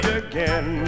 again